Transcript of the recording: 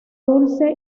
dulce